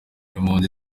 impunzi